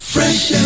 Fresh